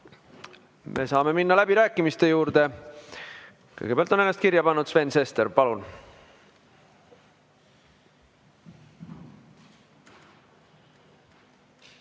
Me saame minna läbirääkimiste juurde. Kõigepealt on ennast kirja pannud Sven Sester. Palun!